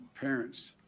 parents